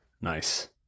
Nice